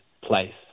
place